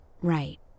Right